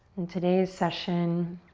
and today's session